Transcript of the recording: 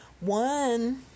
one